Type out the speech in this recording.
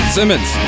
Simmons